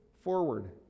forward